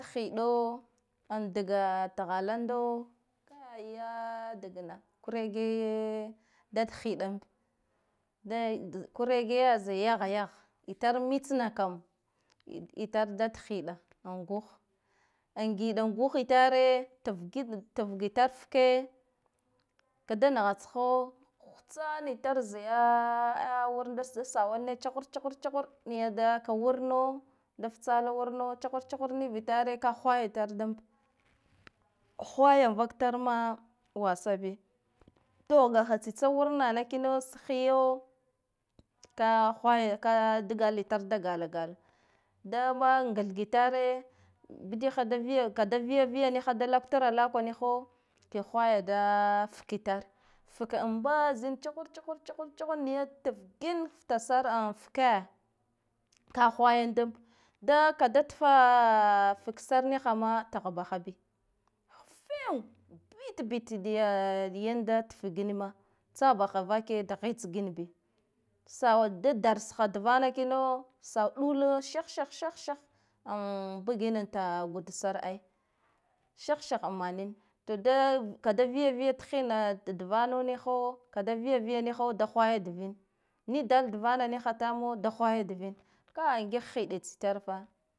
Hiɗo an daga thalando kai ya dagna kuregeye dad hiɗambe, kuregeye za yahyahe itar michna na kam itar dad hiɗa guh an giɗa guhitare tat gitar fkke, ka da naha tsho hutsanitare zaya wurna da sawalina chuchur chuchur niya da wurna da ftsala wurna chuhur nivi tare ka hwaya tar da amb hawaya vaktare ma wasa bi. Tuhga tsitsa wurna nana kina za hiya ka hwaya ka dagala itare, da gala gala da gath gitare bidikwa ka da viya viya niha ke hwaya da fka itare fka mbaza chuchur chuchur taf gin ftasare an fke ka hwaya da ambe kada tfa fke sare niha ma tahbaha biya fing bit bit diya da tfgin ma tsa baha vake da hitsgine bi sada darsa ha da vana kino so ɗule sih-sih am bugine, ta gudsare ai sih sih manine toda kada viya viya tahinna davana niho kada viya viyo niho da hwaya da vine ni dala dava niha tamo da hwaya da vine, kai ngiga hiɗa tsi tarefa.